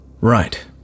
Right